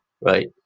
Right